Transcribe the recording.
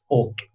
och